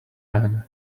man